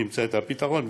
נמצא את הפתרון,